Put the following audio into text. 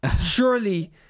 surely